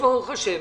ברוך השם